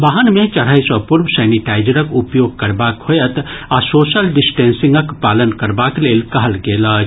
वाहन मे चढय सॅ पूर्व सैनिटाइजरक उपयोग करबाक होयत आ सोशल डिस्टेंसिंगक पालन करबाक लेल कहल गेल अछि